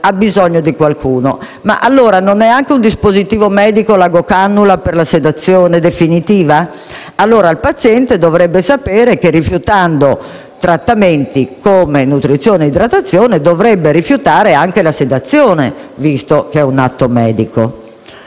bisogno di qualcuno. Ma non è un dispositivo medico anche l'agocannula per la sedazione definitiva? Allora il paziente dovrebbe sapere che, rifiutando trattamenti come nutrizione e idratazione, dovrebbe rifiutare anche la sedazione, visto che è un atto medico.